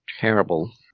terrible